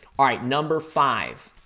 all right, number five.